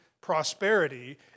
prosperity